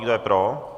Kdo je pro?